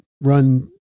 run